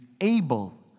able